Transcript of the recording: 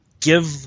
give